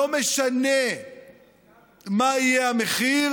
לא משנה מה יהיה המחיר,